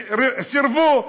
סירבו.